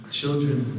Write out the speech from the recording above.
children